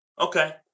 Okay